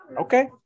okay